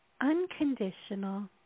unconditional